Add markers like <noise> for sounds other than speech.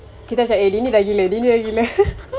kita macam eh dia ni dah gila dia ni dah gila <laughs>